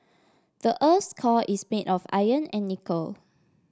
the earth's core is made of iron and nickel